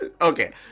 okay